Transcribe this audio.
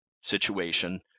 situation